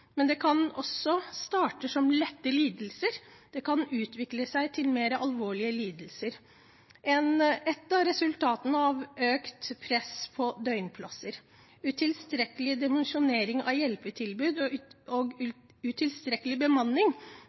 Men det kan også starte som lette lidelser og utvikle seg til mer alvorlige lidelser – et av resultatene av økt press på døgnplasser. Utilstrekkelig dimensjonering av hjelpetilbud og utilstrekkelig bemanning og